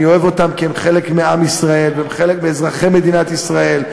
אני אוהב אותם כי הם חלק מעם ישראל והם חלק מאזרחי מדינת ישראל.